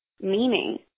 meaning